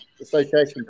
Association